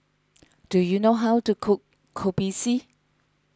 do you know how to cook Kopi C